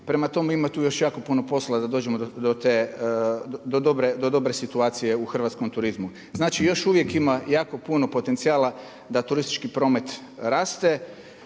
prema tome ima tu još jako puno posla da dođemo do dobre situacije u hrvatskom turizmu. Znači, još uvijek ima jako puno potencijala da turistički promet raste